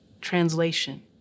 Translation